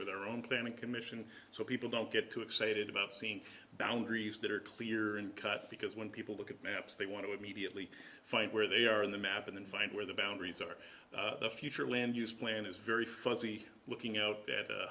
with our own planning commission so people don't get too excited about seeing boundaries that are clear and cut because when people look at maps they want to immediately find where they are in the map and find where the boundaries are the future land use plan is very fuzzy looking out at